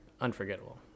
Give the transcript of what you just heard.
Unforgettable